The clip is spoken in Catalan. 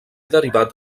derivat